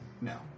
No